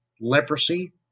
leprosy